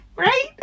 right